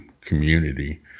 community